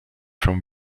from